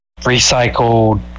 recycled